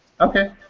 Okay